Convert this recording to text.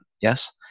Yes